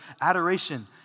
adoration